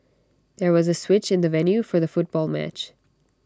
there was A switch in the venue for the football match